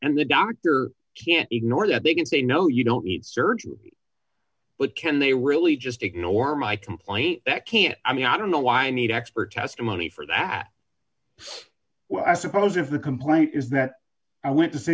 and the doctor can ignore that they can say no you don't need surgery but can they really just ignore my complaint that can i mean i don't know why i need expert testimony for that well i suppose if the complaint is that i went to see